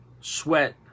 sweat